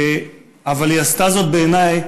אבל היא עשתה זאת, בעיניי,